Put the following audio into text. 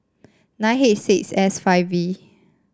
nine H six S five V